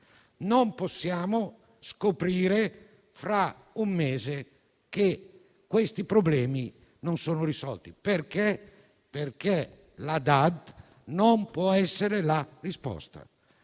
Non possiamo scoprire fra un mese che questi problemi non sono risolti. La DAD non può essere la risposta: